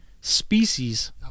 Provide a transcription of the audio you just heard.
species